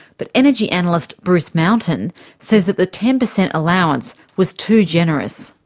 but energy analyst bruce mountain says that the ten percent allowance was too generous.